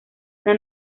una